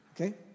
okay